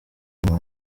inama